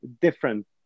different